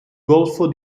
golfo